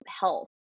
health